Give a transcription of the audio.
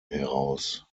heraus